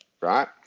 right